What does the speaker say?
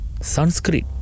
Sanskrit